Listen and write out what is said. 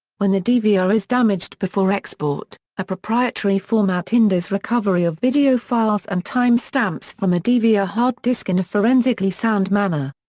when the dvr is damaged before export, a proprietary format hinders recovery of video files and timestamps from a dvr hard disk in a forensically sound manner.